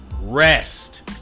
Rest